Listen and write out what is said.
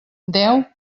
deu